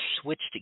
switched